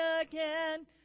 again